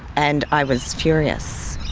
and i was furious.